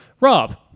rob